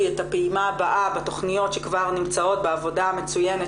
את הפעימה הבאה בתכניות שכבר נמצאות בעבודה המצוינת